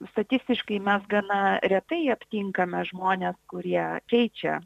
statistiškai mes gana retai aptinkame žmones kurie keičia